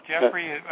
Jeffrey